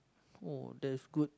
oh that's good